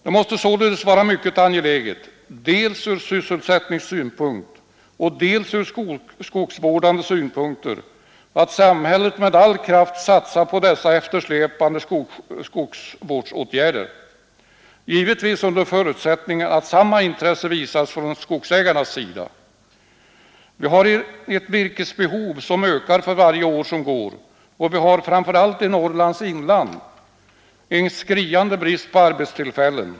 Det måste således vara mycket angeläget dels ur sysselsättningssynpunkt, dels ur skogsvårdande synpunkter att samhället med all kraft satsar på dessa eftersläpande skogsvårdsåtgärder — givetvis under förutsättning att samma intresse visas från skogsägarnas sida. Virkesbehovet ökar för varje år som går, och vi har framför allt i Norrlands inland en skriande brist på arbetstillfällen.